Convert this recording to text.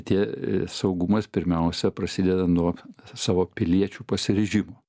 tie saugumas pirmiausia prasideda nuo savo piliečių pasiryžimo